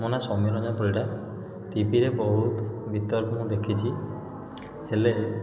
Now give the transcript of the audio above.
ମୋ ନାଁ ସୋମ୍ୟରଞ୍ଜନ ପରିଡ଼ା ଟିଭିରେ ବହୁତ ବିତର୍କ ମୁଁ ଦେଖିଛି ହେଲେ